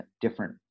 different